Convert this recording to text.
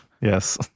Yes